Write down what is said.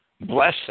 blessing